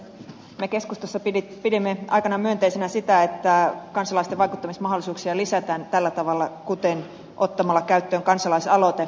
me keskustassa pidimme aikanaan myönteisenä sitä että kansalaisten vaikuttamismahdollisuuksia lisätään tällä tavalla kuten ottamalla käyttöön kansalaisaloite